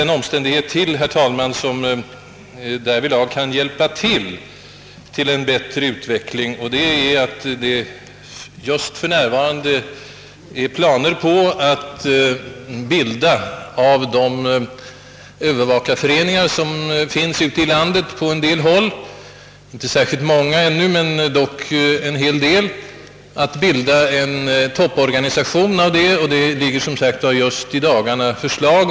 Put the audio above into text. Det finns därvidlag ytterligare en omständighet som kan bidra till en gynnsam utveckling, nämligen att det just för närvarande föreligger planer på att av de ännu inte särskilt många övervakareföreningarna ute i landet bilda en topporganisation. Förslag härom framläggs just i dagarna.